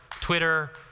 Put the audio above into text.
Twitter